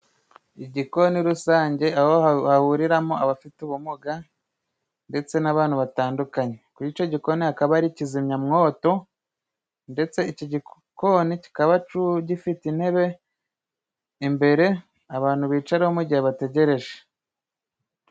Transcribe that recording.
Igikoni rusange aho hahuriramo abafite ubumuga ndetse n'abantu batandukanye; kuri icyo gikoni hakaba hari kizimyamwoto; ndetse iki gikoni kikaba gifite intebe imbere abantu bicaraho mu gihe bategereje.